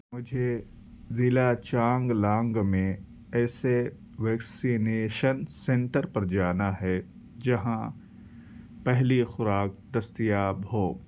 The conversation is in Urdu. مجھے ضلع چانگلانگ میں ایسے ویکسینیشن سینٹر پر جانا ہے جہاں پہلی خوراک دستیاب ہو